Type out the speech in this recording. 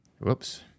whoops